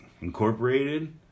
Incorporated